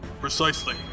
Precisely